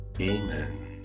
Amen